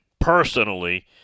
personally